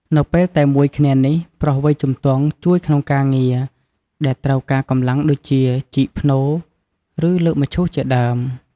នៅពេលតែមួយគ្នានេះ ប្រុសវ័យជំទង់ជួយក្នុងការងារដែលត្រូវការកម្លាំងដូចជាជីកភ្នូរ ឬលើកមឈូសជាដើម។